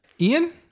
Ian